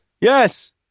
Yes